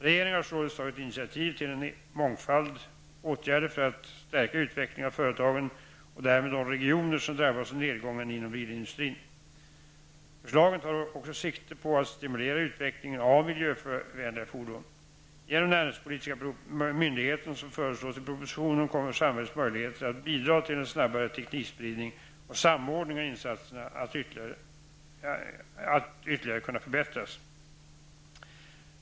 Regeringen har således tagit initiativ till en mångfald åtgärder för att stärka utvecklingen av företagen och därmed de regioner som drabbas av nedgången inom bilindustrin. Förslagen tar också sikte på att stimulera utvecklingen av miljövänliga fordon. Genom den näringspolitiska myndigheten som föreslås i propositionen kommer samhällets möjligheter att bidra till en snabbare teknikspridning och samordning av insatserna att ytterligare kunna förbättras.